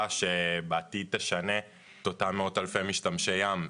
שבעתיד תשנה את אותם מאות אלפי משתמשי ים.